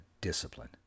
discipline